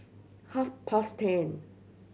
half past ten